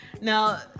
Now